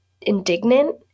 indignant